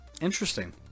interesting